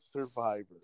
survivor